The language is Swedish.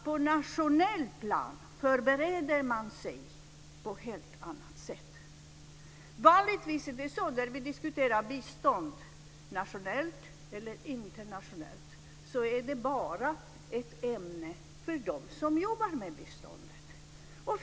På nationell nivå förbereder man sig på ett helt annat sätt. Vanligtvis när vi diskuterar nationellt eller internationellt bistånd är det ett ämne bara för dem som jobbar med biståndet.